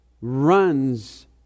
runs